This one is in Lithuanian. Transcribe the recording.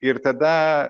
ir tada